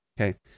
okay